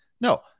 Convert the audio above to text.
no